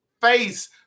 face